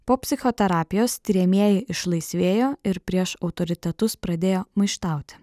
po psichoterapijos tiriamieji išlaisvėjo ir prieš autoritetus pradėjo maištauti